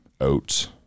oats